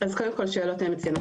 אז קודם כל שאלות מצוינות.